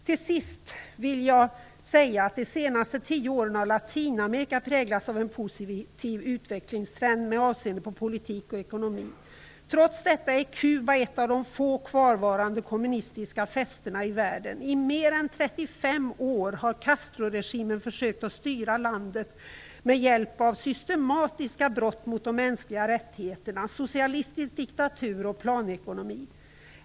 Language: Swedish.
Till sist vill jag säga att Latinamerika under de senaste tio åren har präglats av en positiv utvecklingstrend med avseende på politik och ekonomi. Trots detta är Kuba ett av de få kvarvarande kommunistiska fästena i världen. I mer än 35 år har Castroregimen försökt att styra landet med hjälp av systematiska brott mot de mänskliga rättigheterna, socialistisk diktatur och planekonomi.